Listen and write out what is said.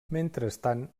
mentrestant